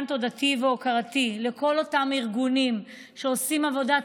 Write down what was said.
וכאן תודתי והוקרתי לכל אותם ארגונים שעושים עבודת